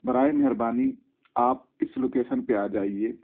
براہ مہربانی آپ اس لوکیشن پہ آ جائیے